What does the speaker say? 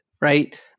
right